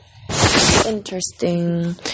interesting